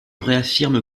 réaffirme